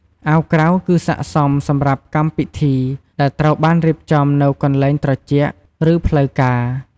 អាវក្រៅគឺស័ក្តិសមសម្រាប់កម្មពិធីដែលត្រូវបានរៀបចំនៅកន្លែងត្រជាក់ ឬផ្លូវការ។